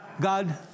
god